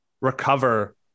recover